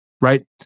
right